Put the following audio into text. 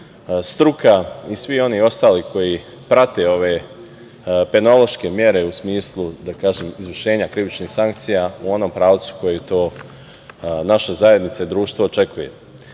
struka i svi oni ostali koji prate ove penološke mere u smislu izvršenja krivičnih sankcija u onom pravcu koji to naša zajednica i društvo očekuje.